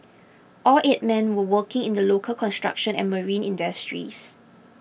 all eight men were working in the local construction and marine industries